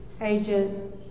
agent